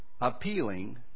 appealing